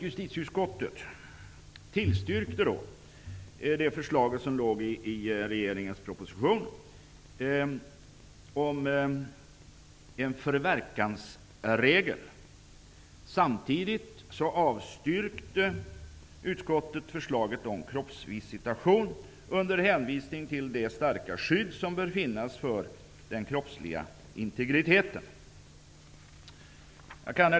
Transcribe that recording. Justitieutskottet tillstyrkte förslaget i regeringens proposition om en förverkansregel. Samtidigt avstyrkte utskottet förslaget om kroppsvisitation under hänvisning till det starka skydd som bör finnas för den kroppsliga integriteten.